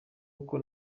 uko